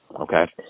Okay